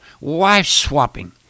wife-swapping